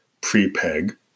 pre-PEG